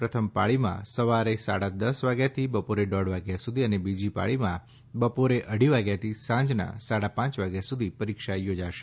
પ્રથમ પાળીમાં સવારે સાડા દશ થી બપોરે દોઢ વાગ્યા સુધી ને બીજી પાળીમાં બપોરે ઢી વાગ્યાથી સાંજના સાડ પાંચ વાગ્યા સુધી પરીક્ષા યોજાશે